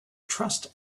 trust